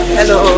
Hello